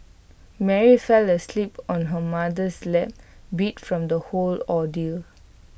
Mary fell asleep on her mother's lap beat from the whole ordeal